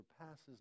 surpasses